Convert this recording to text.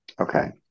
Okay